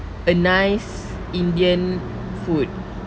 a nice indian food